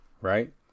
right